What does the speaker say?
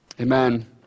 Amen